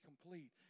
complete